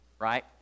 right